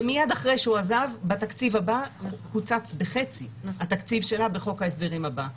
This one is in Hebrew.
ומיד אחרי שהוא עזב בתקציב הבא קוצץ בחצי התקציב שלה בחוק ההסדרים הבא.